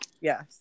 Yes